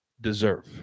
deserve